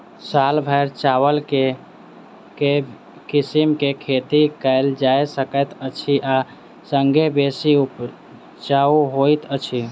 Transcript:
साल भैर चावल केँ के किसिम केँ खेती कैल जाय सकैत अछि आ संगे बेसी उपजाउ होइत अछि?